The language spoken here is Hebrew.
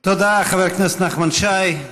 תודה, חבר הכנסת נחמן שי.